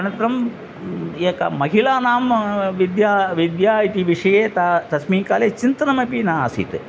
अनन्तरं एका महिलानां विद्या विद्या इति विषये त तस्मिन् काले चिन्तनमपि न आसीत्